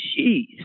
Jeez